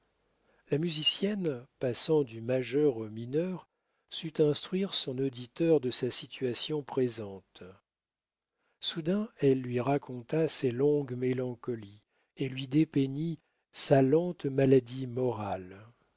la musicienne passant du majeur au mineur sut instruire son auditeur de sa situation présente soudain elle lui raconta ses longues mélancolies et lui dépeignit sa lente maladie morale